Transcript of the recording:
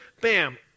bam